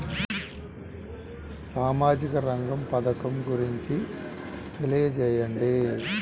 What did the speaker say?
సామాజిక రంగ పథకం గురించి తెలియచేయండి?